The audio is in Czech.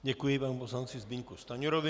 Děkuji panu poslanci Zbyňku Stanjurovi.